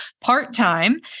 part-time